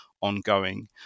ongoing